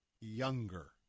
younger